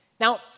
Now